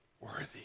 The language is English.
worthy